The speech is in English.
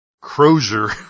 crozier